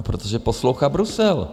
Protože poslouchá Brusel.